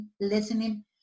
listening